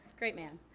great man.